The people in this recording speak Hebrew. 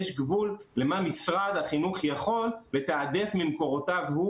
יש גבול למה משרד החינוך יכול לתעדף ממקורותיו הוא